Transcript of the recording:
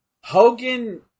Hogan